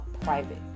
private